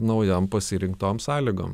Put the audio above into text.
naujam pasirinktom sąlygom